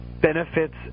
benefits